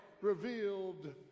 revealed